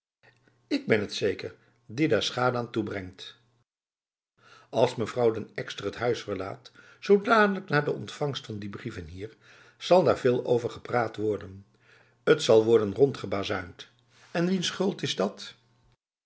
ik ben het zeker die daar schade aan toebrengt als mevrouw den ekster het huis verlaat zo dadelijk na de ontvangst van die brieven hier zal daar veel over gepraat worden het zal worden rondgebazuind en wiens schuld is dat